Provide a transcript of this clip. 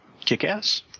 Kick-Ass